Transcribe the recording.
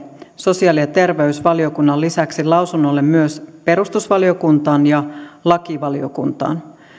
sosiaali ja terveysvaliokunnan lisäksi lausunnolle myös perustuslakivaliokuntaan ja lakivaliokuntaan